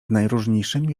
najróżniejszymi